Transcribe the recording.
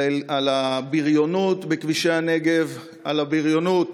על הבריונות בכבישי הנגב, על הבריונות